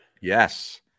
Yes